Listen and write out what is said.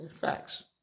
facts